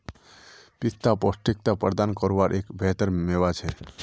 पिस्ता पौष्टिकता प्रदान कारवार एक बेहतर मेवा छे